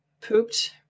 pooped